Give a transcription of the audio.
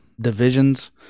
divisions